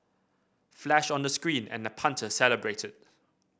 flash on the screen and the punter celebrated